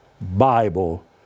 Bible